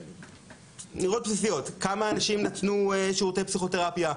בסיסיות: כמה אנשים נתנו שירותי פסיכותרפיה,